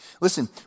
Listen